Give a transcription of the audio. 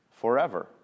forever